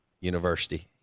university